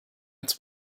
its